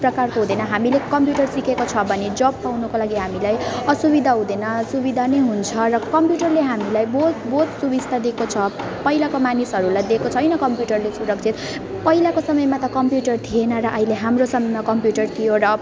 प्रकारको हुँदैन हामीले कम्प्युटर सिकेको छ भने जब पाउनुको लागि हामीलाई असुविधा हुँदैन सुविधा नै हुन्छ र कम्प्युटरले हामीलाई बहुत बहुत सुविस्ता दिएको छ पहिलाको मानिसहरूलाई दिएको छैन कम्प्युटरले सुरक्षित पहिलाको समयमा त कम्प्युटर थिएन र अहिले हाम्रो समयमा कम्प्युटर थियो र